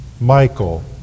Michael